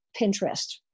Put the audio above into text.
pinterest